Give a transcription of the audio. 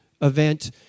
event